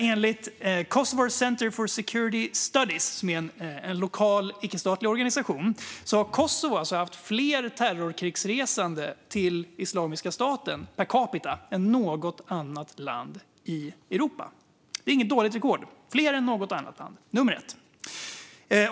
Enligt Kosovar Center for Security Studies, som är en lokal, icke-statlig organisation, har Kosovo haft fler terrorkrigsresande till Islamiska staten per capita än något annat land i Europa. Det är inget dåligt rekord - fler än något annat land! Man är nummer ett.